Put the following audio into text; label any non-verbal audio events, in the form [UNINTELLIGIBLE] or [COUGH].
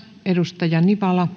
edustaja nivala [UNINTELLIGIBLE]